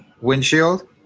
windshield